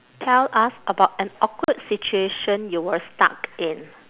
tell us about an awkward situation you were stuck in